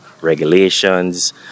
regulations